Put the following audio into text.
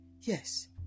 Yes